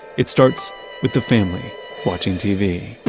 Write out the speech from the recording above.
it starts with the family watching tv